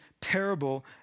parable